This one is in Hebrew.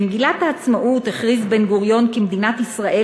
במגילת העצמאות הכריז בן-גוריון כי מדינת ישראל